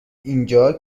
اینجا